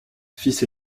fils